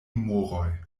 moroj